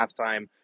halftime